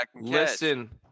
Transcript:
listen